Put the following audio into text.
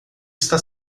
está